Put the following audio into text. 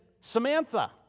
Samantha